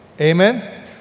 Amen